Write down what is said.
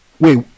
wait